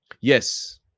Yes